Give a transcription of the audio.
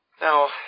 Now